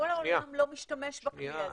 כל העולם לא משתמש בכלי הזה,